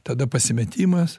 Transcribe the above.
tada pasimetimas